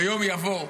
ויום יבוא,